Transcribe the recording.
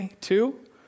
Two